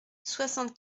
soixante